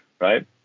right